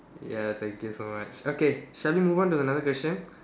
ya thank you so much okay shall we move on to another question